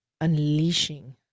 unleashing